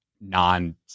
non